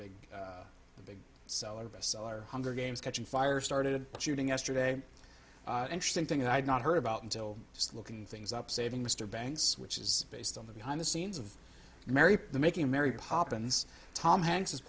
big big seller bestseller hunger games catching fire started shooting yesterday an interesting thing that i had not heard about until just looking things up saving mr banks which is based on the behind the scenes of mary making mary poppins tom hanks is